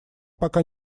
пока